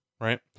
Right